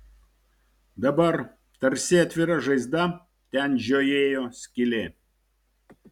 dabar tarsi atvira žaizda ten žiojėjo skylė